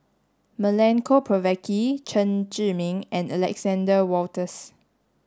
Milenko Prvacki Chen Zhiming and Alexander Wolters